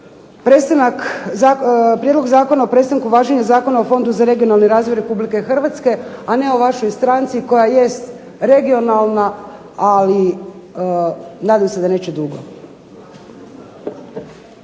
prijedlog zakona o prestanku važenja Zakona o Fondu za regionalni razvoj Republike Hrvatske, a ne o vašoj stranci koja jest regionalna, ali nadam se da neće dugo.